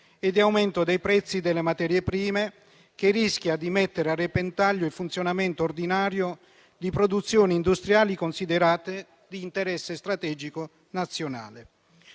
e di aumento dei prezzi delle materie prime, che rischia di mettere a repentaglio il funzionamento ordinario di produzioni industriali considerate di interesse strategico nazionale.